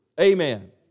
Amen